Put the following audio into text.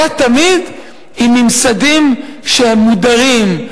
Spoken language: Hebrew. היה תמיד עם ממסדים שהם מודרים,